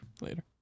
Later